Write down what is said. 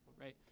right